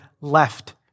left